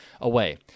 away